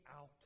out